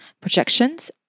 projections